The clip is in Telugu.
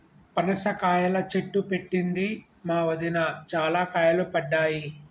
పనస కాయల చెట్టు పెట్టింది మా వదిన, చాల కాయలు పడ్డాయి